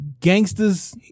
gangsters